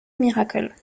miracle